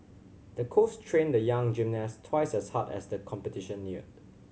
the coach trained the young gymnast twice as hard as the competition neared